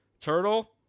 Turtle